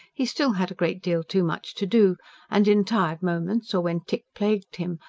he still had a great deal too much to do and, in tired moments, or when tic plagued him,